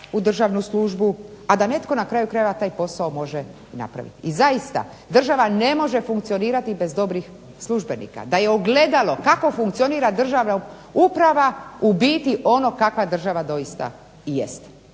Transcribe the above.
u državnu službu, a da netko na kraju krajeva taj posao može napraviti. I zaista, država ne može funkcionirati bez dobrih službenika. Da je ogledalo, kako funkcionira državna uprava u biti je ono kakva država doista i jest.